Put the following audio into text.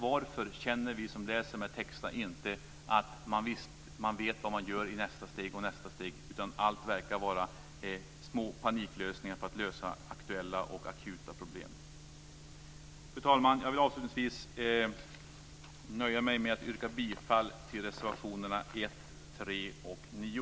Varför känner vi som läser de här texterna inte att man vet vad man gör i nästa steg osv.? Allt verkar vara små paniklösningar på aktuella och akuta problem. Fru talman! Jag vill avslutningsvis nöja mig med att yrka bifall till reservationerna 1, 3 och 9.